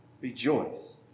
rejoice